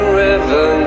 river